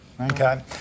Okay